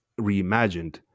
reimagined